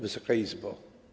Wysoka Izbo!